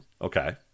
Okay